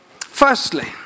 Firstly